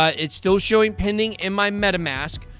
ah it's still showing pending in my metamask,